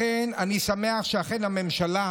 לכן אני שמח שאכן הממשלה,